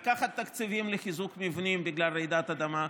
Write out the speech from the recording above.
לקחת תקציבים לחיזוק מבנים מפני רעידת אדמה,